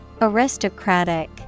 Aristocratic